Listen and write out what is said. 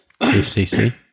FCC